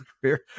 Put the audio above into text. career